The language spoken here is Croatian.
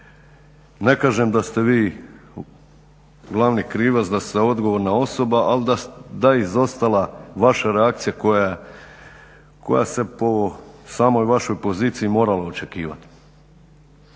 Ne kažem da ste vi glavni krivac, da ste odgovorna osoba, ali da je izostala vaša reakcija koja se po samoj vašoj poziciji morala očekivati.